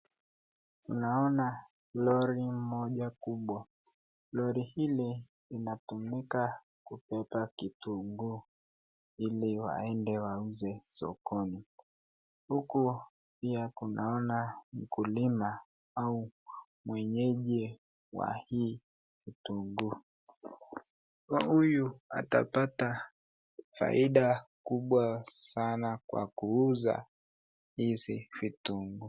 Naona lorri moja kubwa, lorri hili linatumika kubeba kitunguu, ili waende wauze sokoni, huku pia tunaona mkulima au mwenyeji wa hii kitunguu, huyu atapata faida kubwa sana kwa kuuza hizi vitunguu.